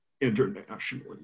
internationally